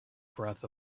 breath